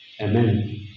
Amen